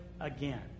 again